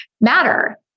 matter